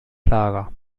lager